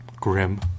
grim